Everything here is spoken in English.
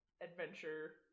adventure